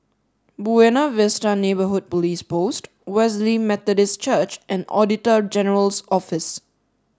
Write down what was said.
Buona Vista Neighbourhood Police Post Wesley Methodist Church and Auditor General's Office